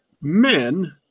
men